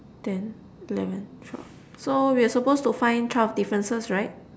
ten eleven twelve so we're supposed to find twelve differences right